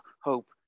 hope